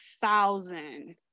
thousand